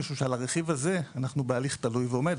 משום שעל הרכיב הזה אנחנו בהליך תלוי ועומד.